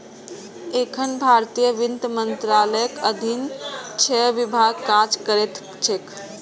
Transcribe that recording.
एखन भारतीय वित्त मंत्रालयक अधीन छह विभाग काज करैत छैक